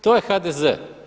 To je HDZ.